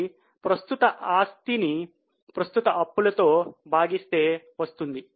ఇది ప్రస్తుత ఆస్తిను ప్రస్తుత అప్పులతో భాగిస్తే వస్తుంది